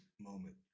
moment